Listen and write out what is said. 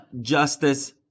Justice